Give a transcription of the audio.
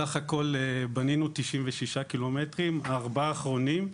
בסך הכול בנינו 96 ק"מ, הארבעה האחרונים,